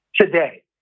today